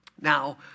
Now